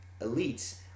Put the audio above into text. elites